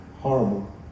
horrible